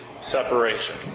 separation